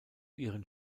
ihren